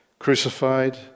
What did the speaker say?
Crucified